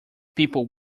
people